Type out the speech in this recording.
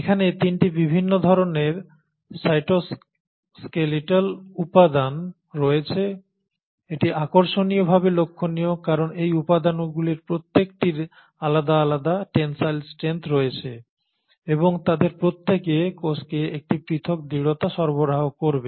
এখানে 3টি বিভিন্ন ধরণের সাইটোস্কেলিটাল উপাদান রয়েছে এটি আকর্ষণীয়ভাবে লক্ষণীয় কারণ এই উপাদানগুলির প্রত্যেকটির আলাদা আলাদা টেন্সাইল স্ট্রেন্থ রয়েছে এবং তাদের প্রত্যেকে কোষকে একটি পৃথক দৃঢ়তা সরবরাহ করবে